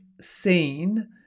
seen